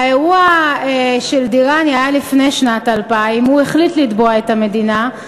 האירוע של דיראני היה לפני שנת 2000. הוא החליט לתבוע את המדינה,